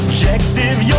Objective